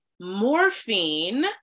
Morphine